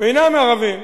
ואינם ערבים.